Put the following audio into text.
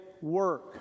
work